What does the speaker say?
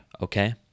okay